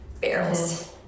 barrels